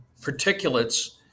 particulates